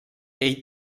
ell